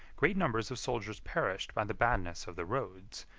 great numbers of soldiers perished by the badness of the roads,